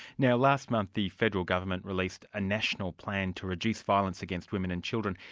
now last month the federal government released a national plan to reduce violence against women and children.